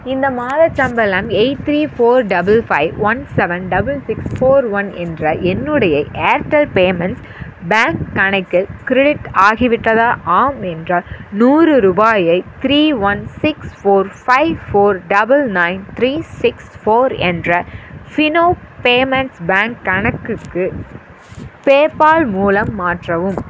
இந்த மாதச் சம்பளம் eight three four double five one seven double six four one என்ற என்னுடைய ஏர்டெல் பேமெண்ட் பேங்க் கணக்கில் க்ரெடிட் ஆகிவிட்டதா ஆம் என்றால் நூறு ரூபாயை three one six four five four double nine three six four என்ற ஃபினோ பேமெண்ட்ஸ் பேங்க் கணக்குக்கு பேபால் மூலம் மாற்றவும்